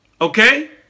Okay